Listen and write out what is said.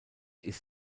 ist